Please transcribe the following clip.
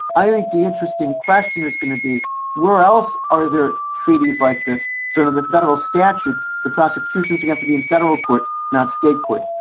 i think the interesting question is going to be where else are there treaties like this, sort of the federal statute? the prosecutions would have to be in federal court, not state court.